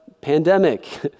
pandemic